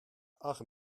ach